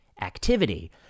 activity